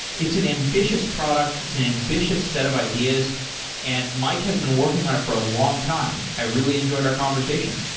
it's ambitious product. it's an ambitious set of ideas and mike has been working on it for a long time. i really enjoyed our conversation.